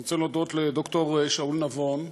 אני רוצה להודות לד"ר שאול נבון,